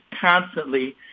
constantly